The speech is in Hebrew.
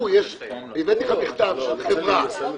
הבאתי לך מכתב של חברה,